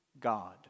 God